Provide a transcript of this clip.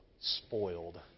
spoiled